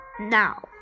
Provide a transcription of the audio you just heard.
Now